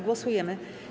Głosujemy.